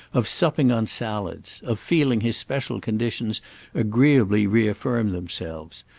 of supping on salads, of feeling his special conditions agreeably reaffirm themselves,